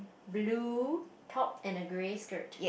blue top and a grey skirt